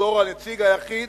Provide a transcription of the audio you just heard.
בתור הנציג היחיד,